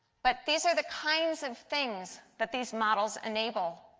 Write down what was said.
but these are the kinds of things that these models enable,